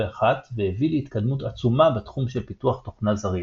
והביא להתקדמות עצומה בתחום של פיתוח תוכנה זריז.